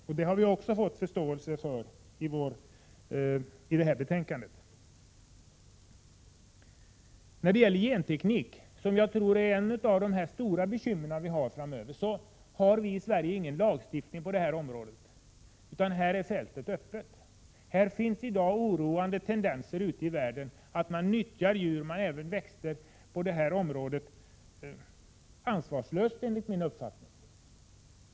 Vi har också fått förståelse för detta i utskottets betänkande. Gentekniken tror jag kommer att bli ett av våra stora bekymmer framöver. Vi har på detta område ingen lagstiftning i Sverige, utan fältet är öppet. Det finns enligt min och centerns mening oroande tendenser i dag ute i världen till att man nyttjar djur men även växter ansvarslöst i detta sammanhang.